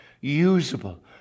usable